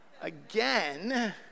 Again